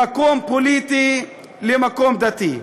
ממקום פוליטי למקום דתי.